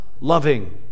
loving